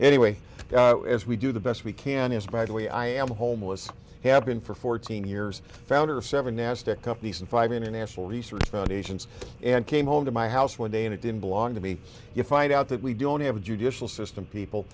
anyway as we do the best we can is by the way i am a homeless have been for fourteen years founder of seven nasdaq companies and five international research foundations and came home to my house one day and it didn't belong to me you find out that we don't have a judicial system people